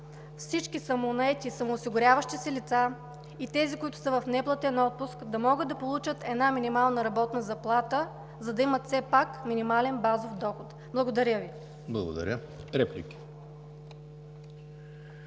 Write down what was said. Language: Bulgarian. всички самонаети, самоосигуряващи се лица и тези, които са в неплатен отпуск, да могат да получат една минимална работна заплата, за да имат все пак минимален базов доход. Благодаря Ви. ПРЕДСЕДАТЕЛ